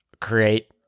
create